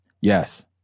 Yes